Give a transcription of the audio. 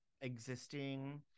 existing